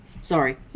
sorry